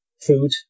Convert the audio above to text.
food